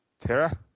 Tara